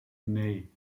nee